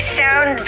sound